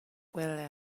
huele